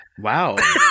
Wow